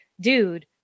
dude